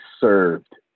served